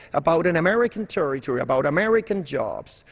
about an american territory, about american jobs.